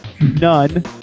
None